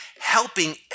helping